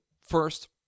first